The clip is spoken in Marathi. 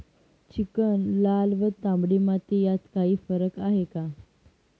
चिकण, लाल व तांबडी माती यात काही फरक आहे का?